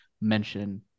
mention